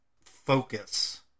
focus